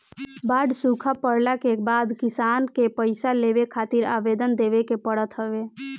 बाढ़ सुखा पड़ला के बाद किसान के पईसा लेवे खातिर आवेदन देवे के पड़त हवे